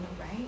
Right